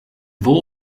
wall